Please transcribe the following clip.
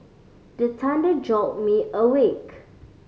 the thunder jolt me awake